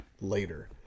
later